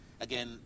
again